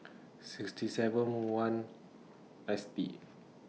sixty seven one S T